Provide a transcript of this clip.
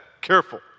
Careful